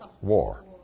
war